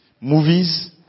Movies